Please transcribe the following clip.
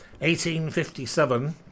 1857